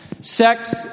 Sex